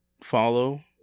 follow